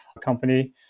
company